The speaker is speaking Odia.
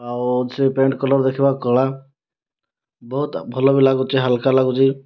ଆଉ ସେ ପ୍ୟାଣ୍ଟ କଲର ଦେଖିବାକୁ କଳା ବହୁତ ଭଲ ବି ଲାଗୁଛି ହାଲୁକା ଲାଗୁଛି